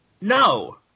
No